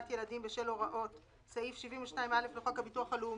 ילדים בשל הוראות סעיף 72(א) לחוק הביטוח הלאומי",